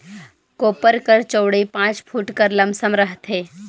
कोपर कर चउड़ई पाँच फुट कर लमसम रहथे